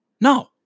No